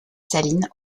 salines